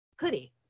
hoodie